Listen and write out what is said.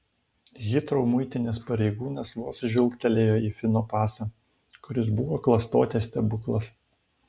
hitrou muitinės pareigūnas vos žvilgtelėjo į fino pasą kuris buvo klastotės stebuklas